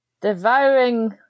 devouring